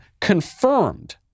confirmed